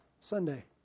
Sunday